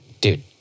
dude